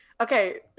Okay